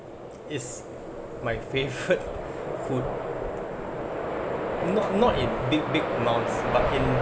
is my favourite food not not in big big amounts but in